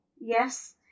Yes